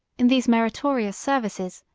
in these meritorious services,